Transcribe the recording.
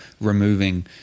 removing